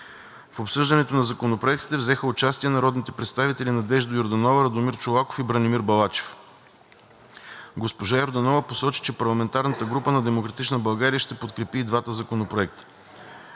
В обсъждането на законопроектите взеха участие народните представители Надежда Йорданова, Радомир Чолаков и Бранимир Балачев. Госпожа Йорданова посочи, че парламентарната група на „Демократична България“ ще подкрепи и двата законопроекта.